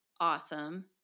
Awesome